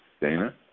Dana